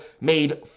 made